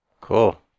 Cool